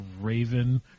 Raven